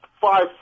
five